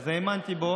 אז האמנתי בו.